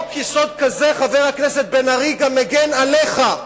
חבר הכנסת בן-ארי, מגן גם עליך,